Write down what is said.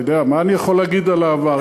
אתה יודע, מה אני יכול להגיד על העבר?